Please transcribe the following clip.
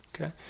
okay